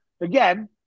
again